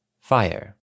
Fire